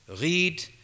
read